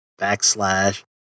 backslash